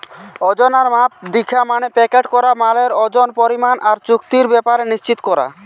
ওজন আর মাপ দিখা মানে প্যাকেট করা মালের ওজন, পরিমাণ আর চুক্তির ব্যাপার নিশ্চিত কোরা